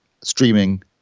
streaming